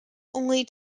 only